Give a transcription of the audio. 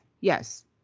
yes